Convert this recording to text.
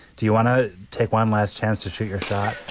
do you want to take one last chance to shoot your shot?